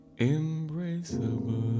Embraceable